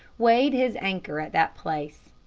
weighed his anchor at that place.